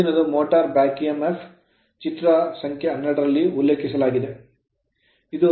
ಮುಂದಿನದು motor back EMF motor ನ back EMF ಚಿತ್ರ ಸಂಖ್ಯೆ 12 ರಲ್ಲಿ ಉಲ್ಲೇಖಿಸಲಾಗಿದೆ